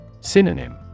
Synonym